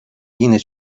yine